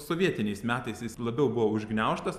sovietiniais metais jis labiau buvo užgniaužtas